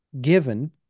given